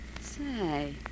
Say